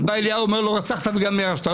אז בא אליהו ואומר לו: "הרצחת וגם ירשת?".